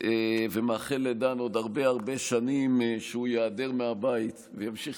ומאחל לדן עוד הרבה הרבה שנים שהוא ייעדר מהבית וימשיך